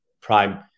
prime